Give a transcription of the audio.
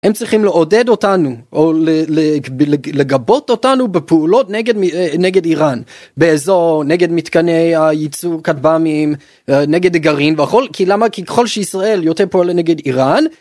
הם צריכים לעודד אותנו או לגבות אותנו בפעולות נגד נגד איראן באזור נגד מתקני הייצוא כתבאמים נגד הגרעין והכל כי למה כי כל שישראל יותר פועלת נגד איראן.